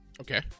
okay